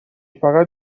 فقط